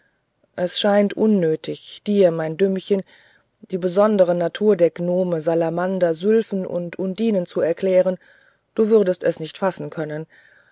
es scheint unnötig dir mein dümmchen die besondere natur der gnomen salamander sylphen und undinen zu erklären du würdest es nicht fassen können